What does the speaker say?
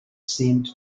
seemed